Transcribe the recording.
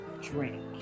drink